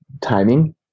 timing